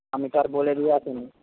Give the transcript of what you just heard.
আমি তো আর বলে দিয়ে আসিনি